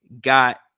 got